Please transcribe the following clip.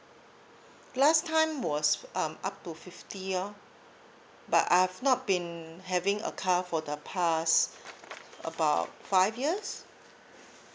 last time was um up to fifty ah but I've not been having a car for the past about five years